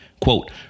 quote